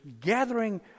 gathering